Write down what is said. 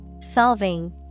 Solving